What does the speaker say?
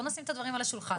בוא נשים את הדברים על השולחן.